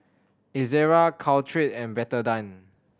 Ezerra Caltrate and Betadine